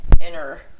inner